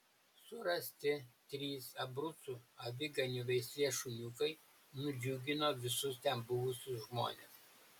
surasti trys abrucų aviganių veislės šuniukai nudžiugino visus ten buvusius žmones